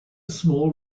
small